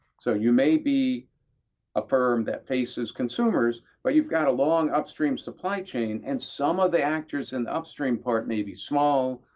so you may be a firm that faces consumers, but you've got a long upstream supply chain, and some of the actors in the upstream part may be small.